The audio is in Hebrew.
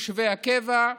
ליישובי הקבע,